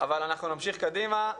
אבל אנחנו נמשיך קדימה.